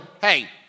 Hey